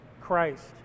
Christ